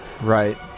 Right